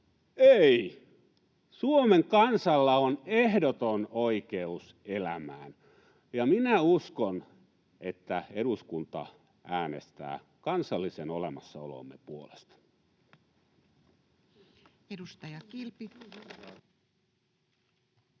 Ei, Suomen kansalla on ehdoton oikeus elämään, ja minä uskon, että eduskunta äänestää kansallisen olemassaolomme puolesta. [Speech 148]